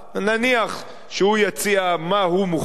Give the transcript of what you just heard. נניח שהוא יציע מה הוא מוכן